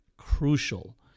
crucial